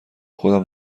خودم